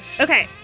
Okay